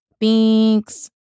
Thanks